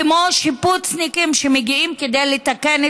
כמו שיפוצניקים שמגיעים כדי לתקן,